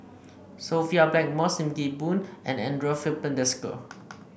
Sophia Blackmore Sim Kee Boon and Andre Filipe Desker